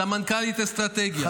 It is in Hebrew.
סמנכ"לית אסטרטגיה,